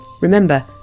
Remember